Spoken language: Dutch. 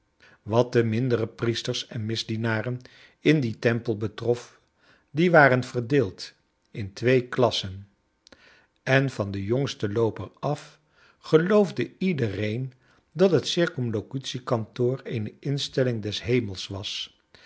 wat de mindere priesters en misdienaren in dien tempel betrof die waren verdeeld in twee klassen en van den jongsten looper af geloofde iedereen dat het c k eene instelling des hemels was